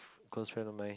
close friend of mine